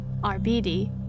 RBD